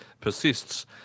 persists